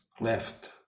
left